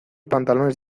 pantalones